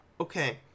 Okay